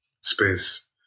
space